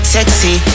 Sexy